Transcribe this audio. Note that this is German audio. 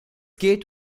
geht